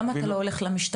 למה אתה לא הולך למשטרה?